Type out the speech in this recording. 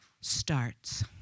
starts